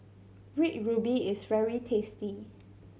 Red Ruby is very tasty